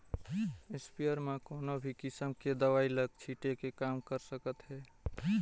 sprayer म कोनो भी किसम के दवई ल छिटे के काम कर सकत हे